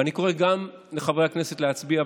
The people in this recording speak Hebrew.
ואני קורא גם לחברי הכנסת להצביע,